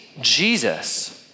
Jesus